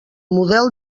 model